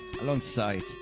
alongside